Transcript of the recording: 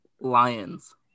Lions